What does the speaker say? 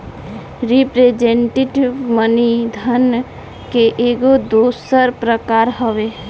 representative money धन के एगो दोसर प्रकार हवे